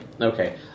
Okay